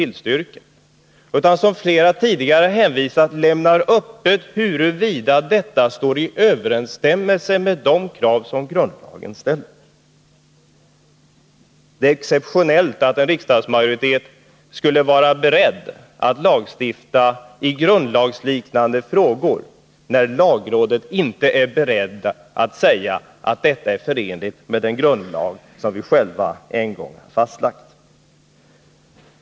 Lagrådet lämnar öppet huruvida det står i överensstämmelse med de krav som grundlagen ställer. Det är exceptionellt att en riksdagsmajoritet skulle vara beredd att lagstifta i grundlagsliknande frågor, när lagrådet inte är berett att säga att detta är förenligt med den grundlag som vi själva en gång fastlagt.